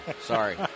sorry